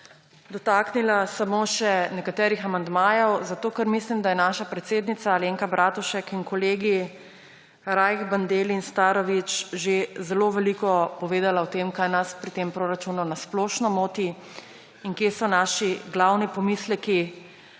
dotaknila samo še nekaterih amandmajev, zato ker mislim, da je naša predsednica Alenka Bratušek in kolegi Rajh, Bandelli in Starović že zelo veliko povedali o tem, kaj nas pri tem proračunu na splošno moti in kje so naši glavni pomisleki.